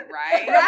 right